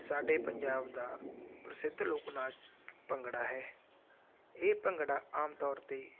ਸਾਡੇ ਪੰਜਾਬ ਦਾ ਪ੍ਰਸਿੱਧ ਲੋਕ ਨਾਚ ਭੰਗੜਾ ਹੈ ਇਹ ਭੰਗੜਾ ਆਮ ਤੌਰ 'ਤੇ